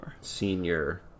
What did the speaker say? Senior